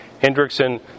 Hendrickson